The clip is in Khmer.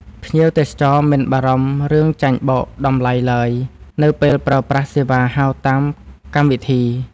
ភ្ញៀវទេសចរមិនបារម្ភរឿងចាញ់បោកតម្លៃឡើយ នៅពេលប្រើប្រាស់សេវាហៅតាមកម្មវិធី។